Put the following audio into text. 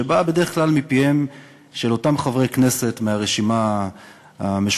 שבאה בדרך כלל מפיהם של אותם חברי כנסת מהרשימה המשותפת,